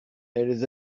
elles